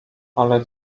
ale